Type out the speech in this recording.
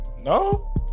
No